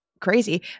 crazy